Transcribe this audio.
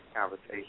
conversation